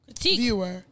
viewer